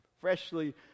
freshly